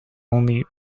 only